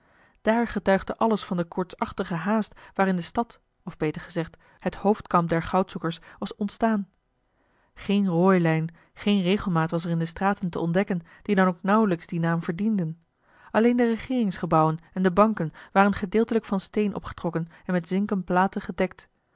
daar getuigde alles van de koortsachtige haast waarin de stad of beter gezegd het hoofdkamp der goudzoekers was ontstaan geen rooilijn geen regelmaat was er in de straten te ontdekken die dan ook nauwelijks dien naam verdienden alleen de regeerings gebouwen en de banken waren gedeeltelijk van steen opgetrokken en met zinken platen gedekt